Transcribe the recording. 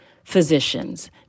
physicians